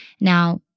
Now